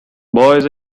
boys